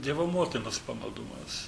dievo motinos pamaldumas